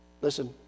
listen